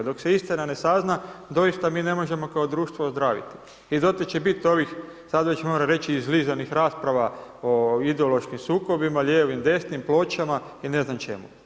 Dok se istina ne sazna doista mi ne možemo kao društvo ozdraviti i dotle će biti ovih sad već moram reći izlizanih rasprava o ideološkim sukobima, lijevim, desnim pločama i ne znam čemu.